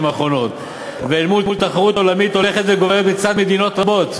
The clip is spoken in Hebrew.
האחרונות ואל מול תחרות עולמית הולכת וגוברת מצד מדינות רבות,